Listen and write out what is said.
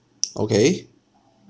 okay